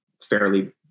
fairly